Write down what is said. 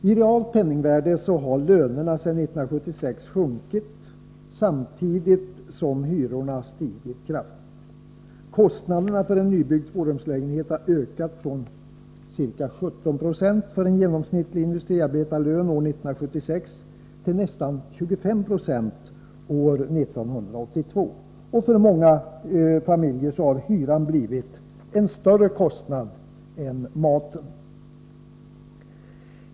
I realt penningvärde har lönerna sedan 1976 sjunkit samtidigt som hyrorna kraftigt har stigit. Kostnaden för en nybyggd tvårumslägenhet har ökat från ca 17 90 av en genomsnittlig industriarbetarlön år 1976 till nästan 25 96 år 1982. För många familjer har hyran blivit en större kostnad än maten.